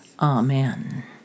Amen